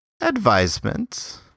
advisement